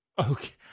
Okay